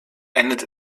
endet